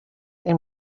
and